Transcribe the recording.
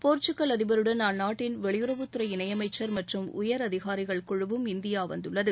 Portugal அதிபருடன் அந்நாட்டின் வெளியுறவுத்துறை இணையமைச்சா் மற்றும் உயர் அதிகாரிகள் குழுவும் இந்தியா வந்துள்ளது